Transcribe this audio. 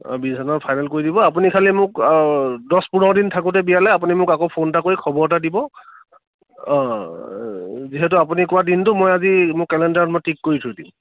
অঁ বিশ হাজাৰত ফাইনেল কৰি দিব আপুনি খালী মোক দহ পোন্ধৰ দিন থাকোঁতে বিয়ালৈ আপুনি মোক আকৌ ফোন এটা কৰি খবৰ এটা দিব যিহেতু আপুনি কোৱা দিনটো মই আজি মোৰ কেলেণ্ডাৰত মই টিক কৰি থৈ দিম